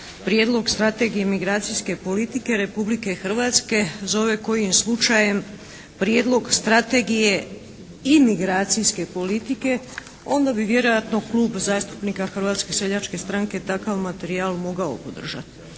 Prijedlog strategije migracijske politike Republike Hrvatske zove kojim slučajem Prijedlog strategije imigracijske politike, onda bi vjerojatno Klub zastupnika Hrvatske seljačke stranke takav materijal mogao podržat.